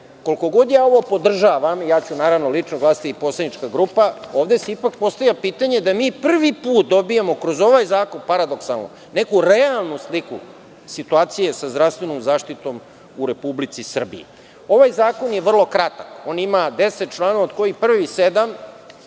koliko god ja ovo podržavam, ja ću naravno lično glasati i poslanička grupa, ovde se ipak postavlja pitanje da mi priv put dobijamo kroz ovaj zakon, paradoksalno, neku realnu sliku situacije sa zdravstvenom zaštitom u Republici Srbiji. Ovaj zakon je vrlo kratak, on ima deset članova od kojih prvih